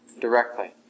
directly